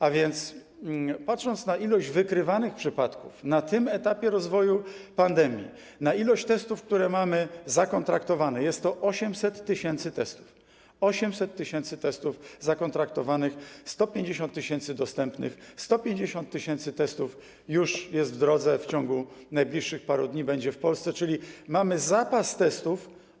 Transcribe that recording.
A więc jeśli chodzi o liczbę wykrywanych przypadków na tym etapie rozwoju pandemii, o liczbę testów, które mamy zakontraktowane, to jest to 800 tys. testów, 800 tys. testów zakontraktowanych, 150 tys. dostępnych, 150 tys. testów już jest w drodze, w ciągu najbliższych paru dni będzie w Polsce, czyli mamy ogromny zapas testów.